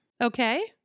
Okay